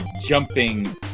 jumping